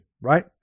right